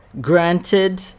Granted